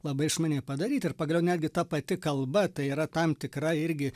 labai išmaniai padaryti ir pagaliau netgi ta pati kalba tai yra tam tikra irgi